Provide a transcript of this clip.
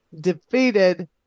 defeated